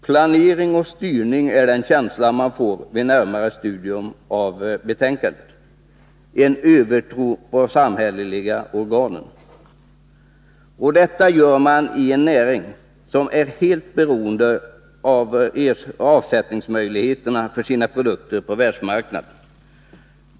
Planering och styrning är något som man får en känsla av vid närmare studium av betänkandet — en övertro på de samhälleliga organen. Detta gör man i en näring som är helt beroende av avsättningsmöjligheterna för dess produkter på världsmarknaden.